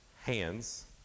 hands